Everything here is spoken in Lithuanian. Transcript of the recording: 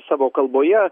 savo kalboje